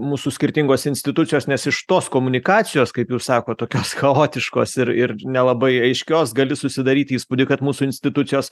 mūsų skirtingos institucijos nes iš tos komunikacijos kaip jūs sakot tokios chaotiškos ir ir nelabai aiškios gali susidaryt įspūdį kad mūsų institucijos